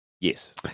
Yes